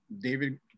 David